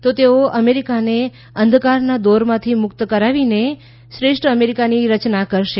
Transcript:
તો તેઓ અમેરીકાને અંધકારનાં દોરમાંથી મુક્ત કરાવીને શ્રેષ્ઠ અમેરીકાની રચના કરશે